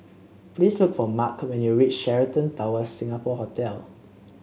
please look for Marc when you reach Sheraton Towers Singapore Hotel